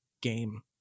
game